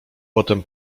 potem